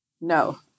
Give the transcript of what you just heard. No